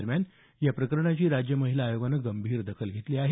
दरम्यान या प्रकरणाची राज्य महिला आयोगाने गंभीर दखल घेतली आहे